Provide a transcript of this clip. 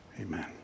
Amen